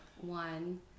one